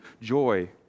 joy